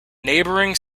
neighbouring